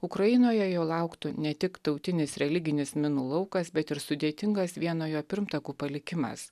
ukrainoje jo lauktų ne tik tautinis religinis minų laukas bet ir sudėtingas vieno jo pirmtakų palikimas